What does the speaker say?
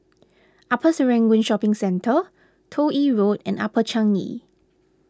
Upper Serangoon Shopping Centre Toh Yi Road and Upper Changi